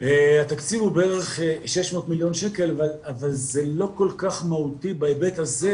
התקציב הוא בערך 600 מיליון שקל אבל זה לא כל כך מהותי בהיבט הזה,